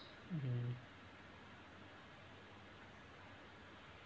mm